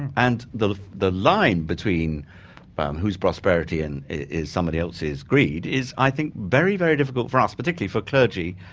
and the the line between um who's prosperity and is somebody else's greed is i think very, very difficult for us, particularly for clergy,